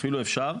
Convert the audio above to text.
אפילו אפשר.